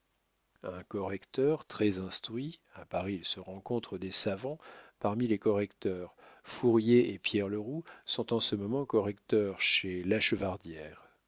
un correcteur très instruit à paris il se rencontre des savants parmi les correcteurs fourier et pierre leroux sont en ce moment correcteurs chez